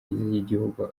y’igihugu